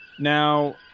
Now